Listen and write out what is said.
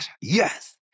yes